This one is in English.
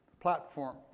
platform